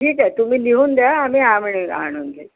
ठीक आहे तुम्ही लिहून द्या आम्ही आणून घेईल